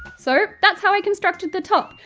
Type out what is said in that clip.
so that's how i constructed the top!